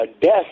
death